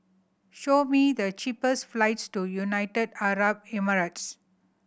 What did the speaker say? show me the cheapest flights to United Arab Emirates